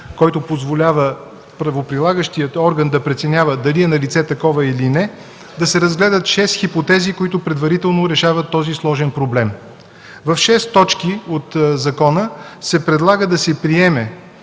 който позволява правоприлагащият орган да преценява дали е налице такова или не, да се разгледат шест хипотези, които предварително решават този сложен проблем. В шест точки от закона се предлага да се приеме